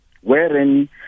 wherein